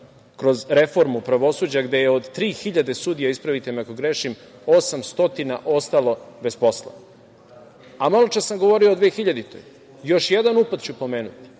kroz reformu pravosuđa, gde je od 3.000 sudija, ispravite me ako grešim, 800 ostalo bez posla. Maločas sam govorio o 2000. godini. Još jedan upad ću pomenuti,